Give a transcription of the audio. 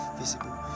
visible